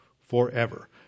forever